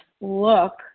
look